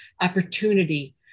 opportunity